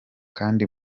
kandi